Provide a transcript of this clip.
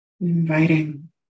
Inviting